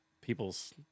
people's